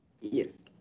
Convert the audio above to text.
Yes